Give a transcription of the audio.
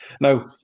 Now